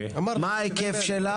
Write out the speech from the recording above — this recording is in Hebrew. מה ההיקף שלה